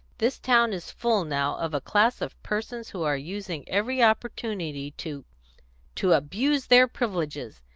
this town is full now of a class of persons who are using every opportunity to to abuse their privileges.